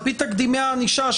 על פי תקדימי הענישה,